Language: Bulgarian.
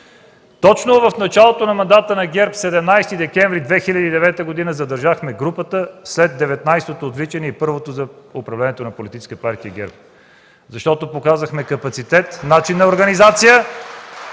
Точно в началото на мандата на ГЕРБ – на 17 декември 2009 г., задържахме групата след 19-тото отвличане и първото за управлението на Политическа партия ГЕРБ, защото показахме капацитет и начин на организация.